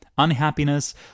Unhappiness